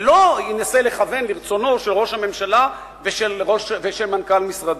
ולא ינסה לכוון לרצונם של ראש הממשלה ושל מנכ"ל משרדו.